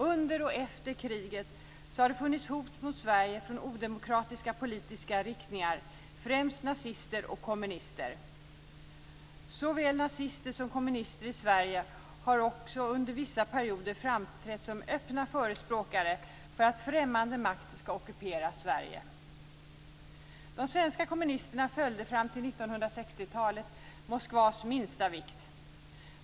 Under och efter kriget har det funnits hot mot Sverige från odemokratiska politiska riktningar, främst från nazister och kommunister. Såväl nazister som kommunister i Sverige har under vissa perioder framträtt som öppna förespråkare för att främmande makt ska ockupera Sverige. talet Moskvas minsta vink.